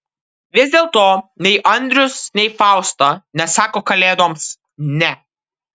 vis dėlto nei andrius nei fausta nesako kalėdoms ne